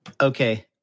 Okay